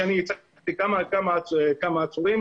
שאני ייצגתי כמה עצורים,